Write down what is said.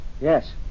Yes